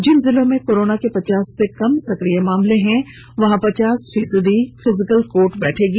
जिन जिलों में कोरोना के पचास से कम सक्रिय केस हैं वहां पचास फीसदी फिजिकल कोर्ट बैठेगी